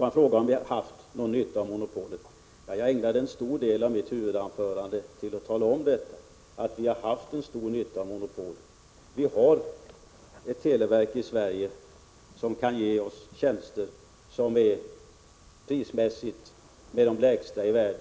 Han frågar om vi har haft någon nytta av monopolet. Jag ägnade en stor del av mitt huvudanförande åt att tala om detta. Vi har haft en stor nytta av monopolet. Vi har ett televerk i Sverige som kan ge oss tjänster som är prismässigt bland de lägsta i världen.